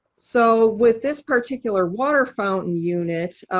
so with this particular water fountain unit,